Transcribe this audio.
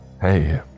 Hey